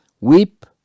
weep